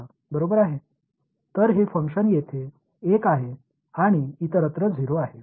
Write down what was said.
तर हे फंक्शन येथे 1 आहे आणि इतरत्र 0 आहे